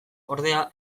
ordea